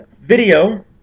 video